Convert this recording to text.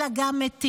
אלא גם מתים.